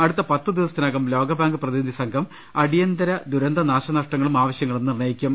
അടുത്ത പത്ത് ദിവസത്തിനകം ലോക ബാങ്ക് പ്രതിനിധി സംഘം അടിയന്തര ദുരന്ത നാശനഷ്ടങ്ങളും ആവശൃങ്ങളും നിർണയിക്കും